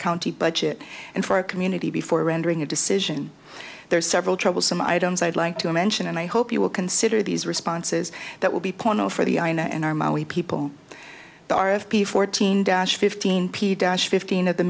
county budget and for a community before rendering a decision there are several troublesome items i'd like to mention and i hope you will consider these responses that will be porno for the ajna and our money people are of p fourteen dash fifteen p c dash fifteen of the